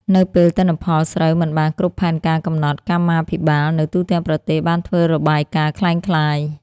នៅពេលទិន្នផល ស្រូវមិនបានគ្រប់ផែនការកំណត់ កម្មាភិបាលនៅទូទាំងប្រទេសបានធ្វើរបាយការណ៍ក្លែងក្លាយ។